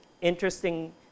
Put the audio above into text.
interesting